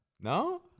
No